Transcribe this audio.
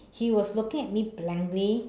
he was looking at me blankly